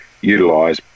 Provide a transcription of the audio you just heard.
utilise